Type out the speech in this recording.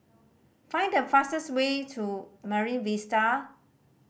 find the fastest way to Marine Vista